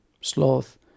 Sloth